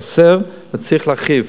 חסר וצריך להרחיב.